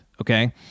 Okay